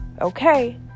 okay